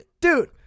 dude